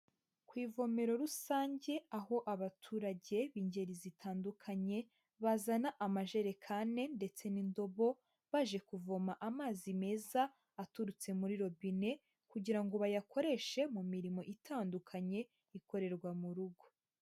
Ku ivomero rusange, aho abaturage b'ingeri zitandukanye bazana amajerekane ndetse n'indobo, baje kuvoma amazi meza aturutse muri robine kugira ngo bayakoreshe mu mirimo itandukanye, ikorerwa mu rugo.